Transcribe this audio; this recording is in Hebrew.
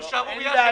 זו שערורייה.